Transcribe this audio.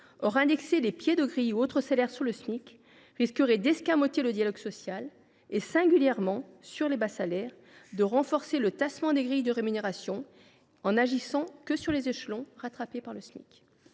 l’indexation des pieds de grilles ou d’autres niveaux de rémunération risquerait d’escamoter le dialogue social et, singulièrement sur les bas salaires, de renforcer le tassement des grilles de rémunération en n’agissant que sur les échelons rattrapés par ce seuil.